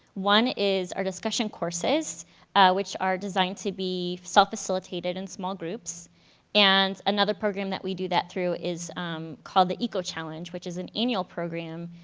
one is our discussion courses which are designed to be self-facilitated in small groups and another program that we do that through is called the eco-challenge which is an annual program,